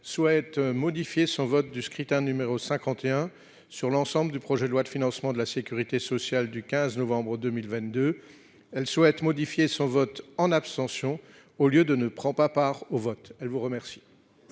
souhaite modifier son vote du scrutin numéro 51 sur l'ensemble du projet de loi de financement de la Sécurité sociale du 15 novembre 2022. Elle souhaite modifier son vote en abstention au lieu de ne prend pas part au vote, elle vous remercie.